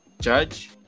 judge